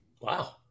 Wow